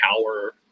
power